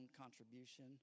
contribution